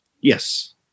Yes